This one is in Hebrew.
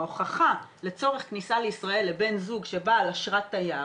ההוכחה לצורך כניסה לישראל לבן זוג שבא על אשרת תייר